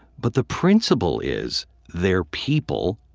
but the principle is they're people,